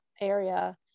area